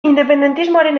independentismoaren